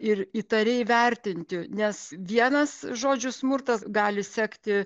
ir įtariai vertinti nes vienas žodžiu smurtas gali sekti